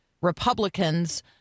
Republicans